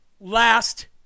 last